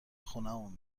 خونمون